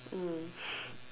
mm